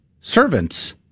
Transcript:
servants